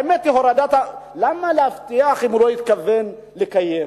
למה להבטיח אם הוא לא התכוון לקיים?